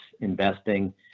investing